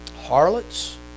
harlots